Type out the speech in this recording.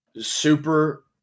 super